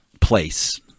place